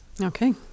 Okay